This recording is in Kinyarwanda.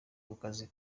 kukazi